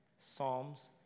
Psalms